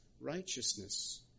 righteousness